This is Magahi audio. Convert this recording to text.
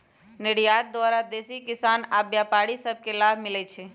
निर्यात द्वारा देसी किसान आऽ व्यापारि सभ के लाभ मिलइ छै